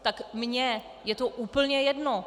Tak mně je to úplně jedno.